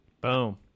boom